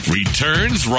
returns